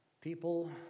people